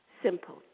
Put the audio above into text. Simple